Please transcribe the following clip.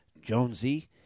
Jonesy